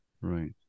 Right